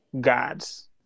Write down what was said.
gods